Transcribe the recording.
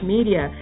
Media